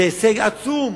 זה הישג עצום.